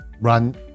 run